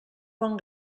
bon